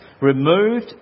removed